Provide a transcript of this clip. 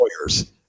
lawyers